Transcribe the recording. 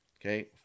okay